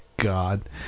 God